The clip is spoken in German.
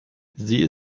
sie